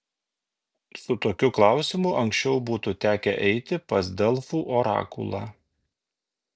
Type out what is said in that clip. su tokiu klausimu anksčiau būtų tekę eiti pas delfų orakulą